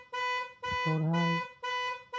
ᱥᱚᱦᱨᱟᱭ